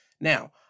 now